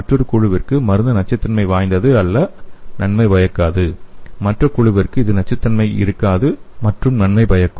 மற்றொரு குழுவிற்கு மருந்து நச்சுத்தன்மை வாய்ந்தது அல்ல நன்மை பயக்காது மற்ற குழுவிற்கு இது நச்சுத்தன்மை இருக்காது மற்றும் நன்மை பயக்கும்